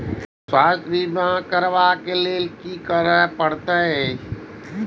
स्वास्थ्य बीमा करबाब के लीये की करै परतै?